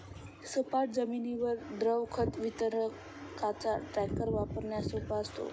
सपाट जमिनीवर द्रव खत वितरकाचा टँकर वापरण्यास सोपा असतो